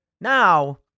Now